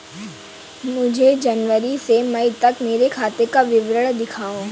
मुझे जनवरी से मई तक मेरे खाते का विवरण दिखाओ?